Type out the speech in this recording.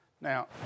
Now